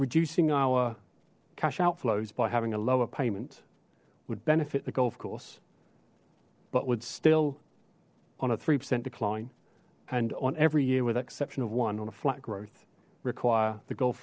reducing our cash outflows by having a lower payment would benefit the golf course but would still on a three percent decline and on every year with exception of one on a flat growth require the golf